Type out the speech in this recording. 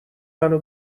منو